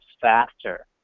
faster